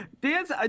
Dance